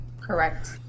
Correct